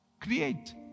Create